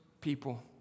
people